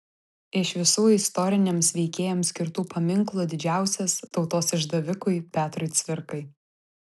iš visų istoriniams veikėjams skirtų paminklų didžiausias tautos išdavikui petrui cvirkai